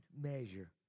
measure